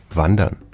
wandern